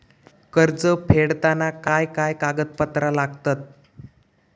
कर्ज फेडताना काय काय कागदपत्रा लागतात?